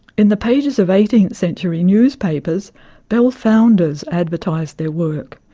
in the pages of eighteenth century newspapers bellfounders advertised their work.